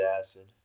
acid